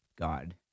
God